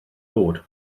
dod